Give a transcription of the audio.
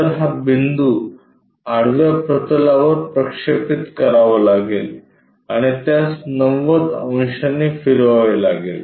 तर हा बिंदू आडव्या प्रतलावर प्रक्षेपित करावा लागेल आणि त्यास 90 अंशांनी फिरवावे लागेल